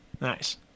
nice